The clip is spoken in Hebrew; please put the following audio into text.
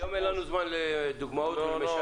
היום אין לנו זמן לדוגמאות ולמשלים.